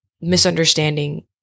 misunderstanding